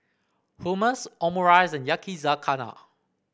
Hummus Omurice and Yakizakana